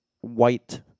white